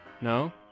No